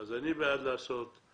אז אני בעד לעשות את זה,